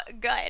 good